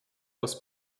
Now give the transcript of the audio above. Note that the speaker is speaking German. aus